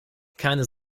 keine